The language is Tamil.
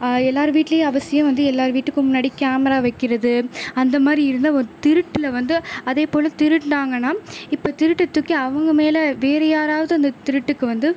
எல்லார் வீட்லேயும் அவசியம் வந்து எல்லார் வீட்டுக்கு முன்னாடி கேமரா வைக்கின்றது அந்த மாதிரி இருந்தால் ஒரு திருட்டில் வந்து அதேபோல் திருடினாங்கன்னா இப்போ திருட்டு தூக்கி அவங்க மேலே வேறு யாராவது அந்த திருட்டுக்கு வந்து